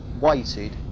waited